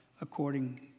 according